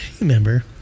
remember